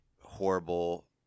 horrible